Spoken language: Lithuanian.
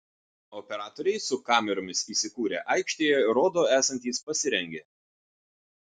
operatoriai su kameromis įsikūrę aikštėje rodo esantys pasirengę